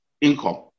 income